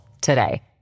today